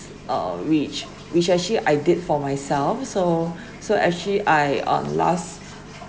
uh which which I actually I did for myself so so actually I on last